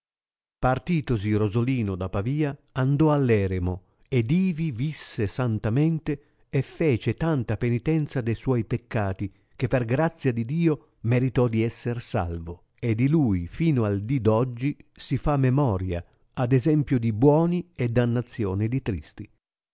e viver santamente partitosi r osolino da pavia andò all'eremo ed ivi visse santamente e fece tanta penitenza de suoi peccati che per grazia di dio meritò di esser salvo e di lui fino al di d oggi si fa memoria ad esempio dì buoni e dannazione di tristi